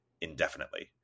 indefinitely